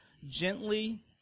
Gently